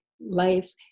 life